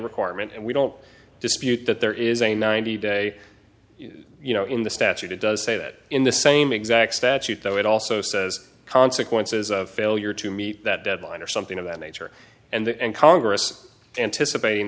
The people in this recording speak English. requirement and we don't dispute that there is a ninety day you know in the statute it does say that in the same exact statute though it also says consequences of failure to meet that deadline or something of that nature and congress anticipating